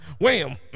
wham